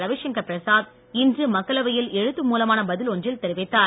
ரவிசங்கர் பிரசாத் இன்று மக்களவையில் எழுத்து மூலமான பதில் ஒன்றில் தெரிவித்தார்